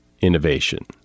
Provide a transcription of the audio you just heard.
innovation